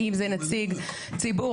האם זה נציג ציבור,